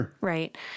right